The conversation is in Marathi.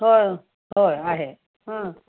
हो होय आहे हं